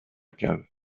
cave